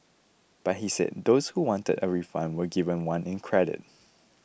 but he said those who wanted a refund were given one in credit